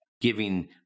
giving